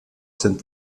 sind